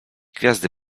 gwiazdy